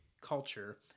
culture